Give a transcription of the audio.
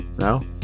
No